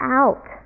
out